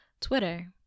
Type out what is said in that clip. Twitter